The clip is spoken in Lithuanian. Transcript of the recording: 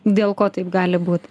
dėl ko taip gali būt